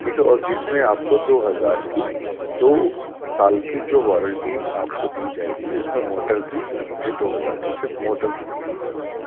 ٹھیک ہے اور جس میں آپ کو دو ہزار کی دو سال کی جو وارنٹی آپ کو دی جائے گی اس میں موٹر کی گارنٹی دو ہزار کی صرف موٹر کی ملے گی سر آپ کو